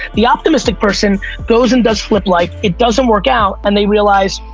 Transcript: the optimistic person goes and does flip life. it doesn't work out. and they realize,